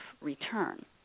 return